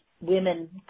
women